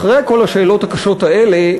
אחרי כל השאלות הקשות האלה,